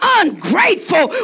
ungrateful